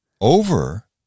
over